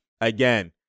again